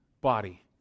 body